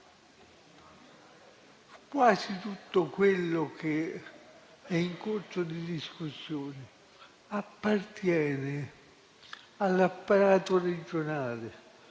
quasi tutto quello che è in corso di discussione appartiene all'apparato regionale